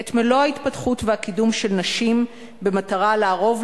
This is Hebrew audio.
את מלוא ההתפתחות והקידום של נשים במטרה לערוב